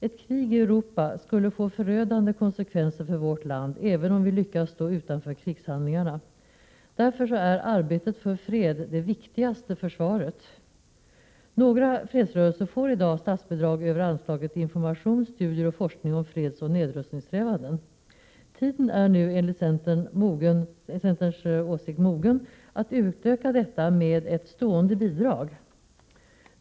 Ett krig i Europa skulle få förödande konsekvenser för vårt land även om vi lyckas stå utanför krigshandlingarna. Därför är arbetet för fred det viktigaste försvaret. Några fredsrörelser får i dag statsbidrag över anslaget information, studier och forskning om fredsoch nedrustningssträvanden. Tiden är nu enligt centerns åsikt mogen att utöka detta med ett stående bidrag.